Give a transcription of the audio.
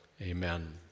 amen